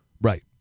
Right